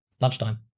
Lunchtime